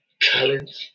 talent